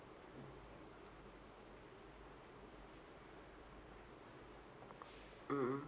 mm mm